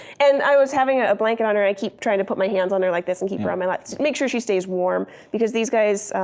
and i was having a blanket on her. i keep trying to put my hand on her like this and keep her on my lap make sure she stays warm, because these guys,